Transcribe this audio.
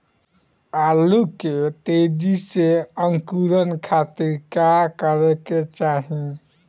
आलू के तेजी से अंकूरण खातीर का करे के चाही?